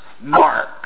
mark